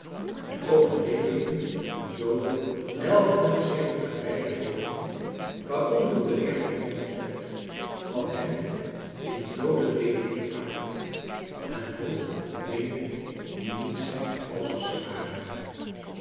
en over levenden en dooden welfden zich de gewijde bogen waaronder de leer verkondigd werd van hem die de dooden levend maakt en roept de dingen die niet zijn alsof zij waren